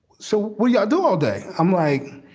so we do all day. i'm like,